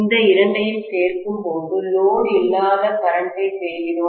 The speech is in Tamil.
இந்த இரண்டையும் சேர்க்கும்போது லோடு இல்லாத கரண்டை பெறுகிறோம்